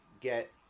get